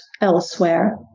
elsewhere